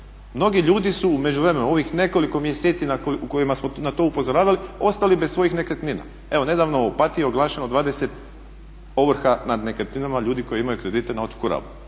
Mnogi ljudi su u međuvremenu u ovih nekoliko mjeseci u kojima smo na to upozoravali ostali bez svojih nekretnina. Evo nedavno je u Opatiji oglašeno 20 ovrha nad nekretninama ljudi koji imaju kredite na otoku Rabu.